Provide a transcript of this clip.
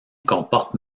comporte